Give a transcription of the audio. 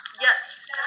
Yes